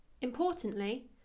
Importantly